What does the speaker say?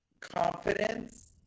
confidence